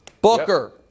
Booker